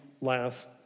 last